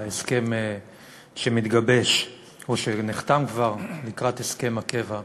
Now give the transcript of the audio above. על ההסכם שמתגבש או שנחתם כבר לקראת הסכם הקבע,